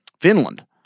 Finland